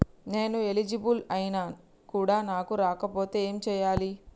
నేను ఎలిజిబుల్ ఐనా కూడా నాకు రాకపోతే ఏం చేయాలి?